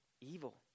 evil